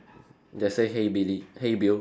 that say hey Billy hey Bill